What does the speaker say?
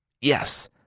Yes